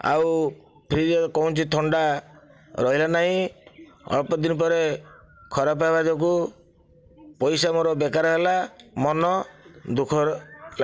ଆଉ ଫ୍ରିଜ୍ରେ କୌଣସି ଥଣ୍ଡା ରହିଲା ନାହିଁ ଅଳ୍ପ ଦିନ ପରେ ଖରାପ ହେବା ଯୋଗୁଁ ପଇସା ମୋର ବେକାର ହେଲା ମନ ଦୁଃଖ